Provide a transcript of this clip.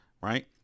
right